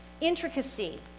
intricacy